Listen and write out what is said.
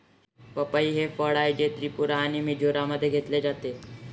पपई हे फळ आहे, जे त्रिपुरा आणि मिझोराममध्ये घेतले जाते